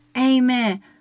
Amen